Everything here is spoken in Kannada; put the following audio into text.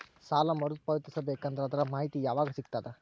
ಸಾಲ ಮರು ಪಾವತಿಸಬೇಕಾದರ ಅದರ್ ಮಾಹಿತಿ ಯವಾಗ ಸಿಗತದ?